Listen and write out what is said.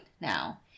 now